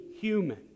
human